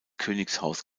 königshaus